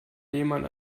lehmann